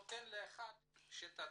אלא לאחד מכם.